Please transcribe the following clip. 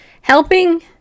helping